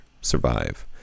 survive